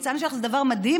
ניצן שלך זה דבר מדהים,